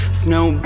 snow